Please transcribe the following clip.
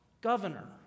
governor